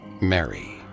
Mary